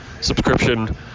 subscription